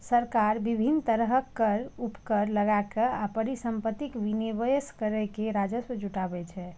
सरकार विभिन्न तरहक कर, उपकर लगाके आ परिसंपत्तिक विनिवेश कैर के राजस्व जुटाबै छै